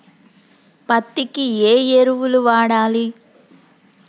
పత్తి కి ఏ ఎరువులు వాడాలి?